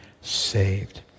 saved